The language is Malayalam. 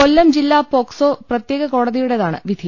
കൊല്ലം ജില്ലാ പോക്സോ പ്രത്യേക കോടതിയുടേതാണ് വിധി